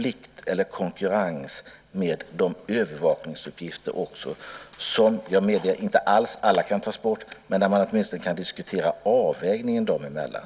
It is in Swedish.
Jag medger att inte alla dessa övervakningsuppgifter kan tas bort, men man kan åtminstone diskutera avvägningen dem emellan.